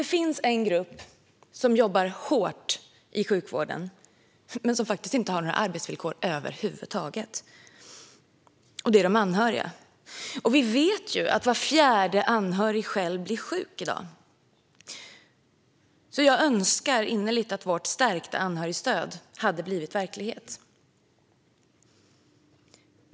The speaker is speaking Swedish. Det finns en grupp som jobbar hårt i sjukvården men som faktiskt inte har några arbetsvillkor över huvud taget, och det är de anhöriga. Vi vet att var fjärde anhörig själv blir sjuk i dag. Jag önskar innerligt att vårt stärkta anhörigstöd hade blivit verklighet.